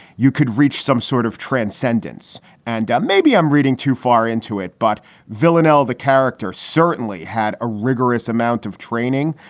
you could reach some sort of transcendence and maybe i'm reading too far into it. but villanelle, the character certainly had a rigorous amount of training,